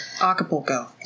Acapulco